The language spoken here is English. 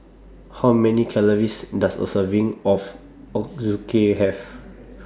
How Many Calories Does A Serving of Ochazuke Have